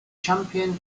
champion